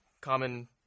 common